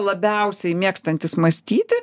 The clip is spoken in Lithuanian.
labiausiai mėgstantys mąstyti